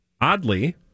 Oddly